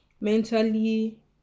mentally